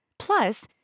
Plus